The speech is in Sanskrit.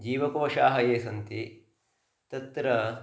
जीवकोशाः ये सन्ति तत्र